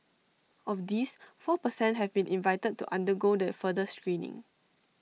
of these four per cent have been invited to undergo the further screening